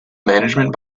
management